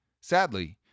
Sadly